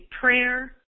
prayer